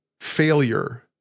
failure